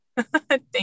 thank